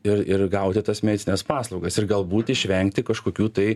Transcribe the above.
ir ir gauti tas medicinines paslaugas ir galbūt išvengti kažkokių tai